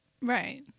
Right